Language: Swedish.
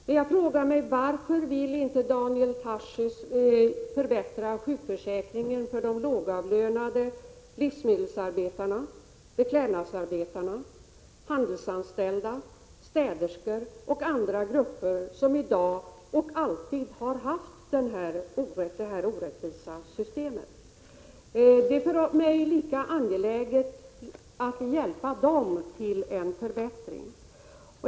Men jag frågar mig varför Daniel Tarschys inte vill förbättra sjukförsäkringen för de lågavlönade — livsmedelsarbetare, beklädnadsarbetare, handelsanställda, städerskor och andra grupper som i dag drabbas och alltid har drabbats av det orättvisa systemet. Det är för mig lika angeläget att hjälpa dem till en förbättring.